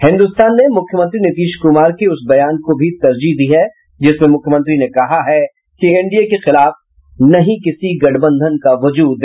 हिन्दुस्तान ने मुख्यमंत्री नीतीश कुमार के उस बयान को भी तरजीह दी है जिसमें मुख्यमंत्री ने कहा है कि एनडीए के खिलाफ नहीं किसी गठबंधन का वजूद